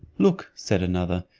look, said another,